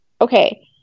Okay